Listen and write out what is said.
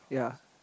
ya